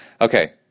okay